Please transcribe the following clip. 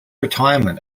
retirement